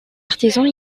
artisans